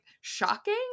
shocking